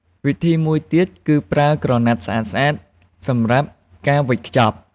វិធីសាស្រ្តមួយទៀតគឺប្រើក្រណាត់ស្អាតៗសម្រាប់ការវេចខ្ចប់។